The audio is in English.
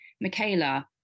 michaela